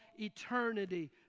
eternity